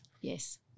yes